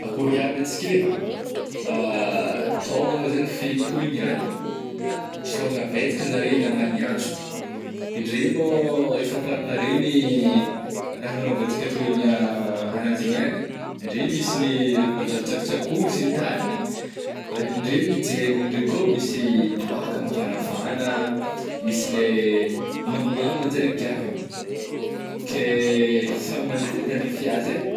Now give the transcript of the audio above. Akôry aby antsika eh, tônga mo zany fety toy niagny, isaoragna betsaka nareo namaly ny antso, indre mô ôh efa paripare ny ih raha nagnaovantsika toy nia-agnazy igny agny eh, ndre misy gny raha manjary tsakotsakoy sy ny tarigny ary indre mijedagna ndre koa misy toàka mafagnafagna ah, misy le mamimamy manjary giahigna, ke eh samy mandray zey tandrify azy eh.